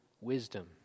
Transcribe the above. wisdom